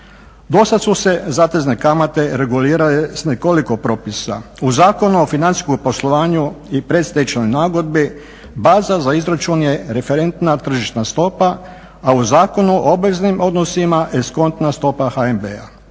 Dosad su se zatezne kamate regulirale s nekoliko propisa. U Zakonu o financijskom poslovanju i predstečajnoj nagodbi baza za izračun je referentna tržišna stopa, a u Zakonu o obveznim odnosima eskontna stopa HNB-a.